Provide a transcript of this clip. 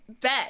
bet